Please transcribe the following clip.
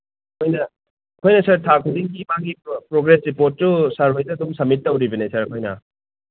ꯑꯩꯈꯣꯏ ꯑꯩꯈꯣꯏꯅ ꯁꯥꯔ ꯊꯥ ꯈꯨꯗꯤꯡꯒꯤ ꯃꯥꯒꯤ ꯄ꯭ꯔꯣꯒ꯭ꯔꯦꯁ ꯔꯤꯄꯣꯔꯠꯁꯨ ꯁꯥꯔꯍꯣꯏꯗ ꯑꯗꯨꯝ ꯁꯃꯤꯠ ꯇꯧꯔꯤꯕꯅꯤ ꯁꯥꯔ ꯑꯩꯈꯣꯏꯅ